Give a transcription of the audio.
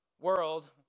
world